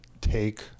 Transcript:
take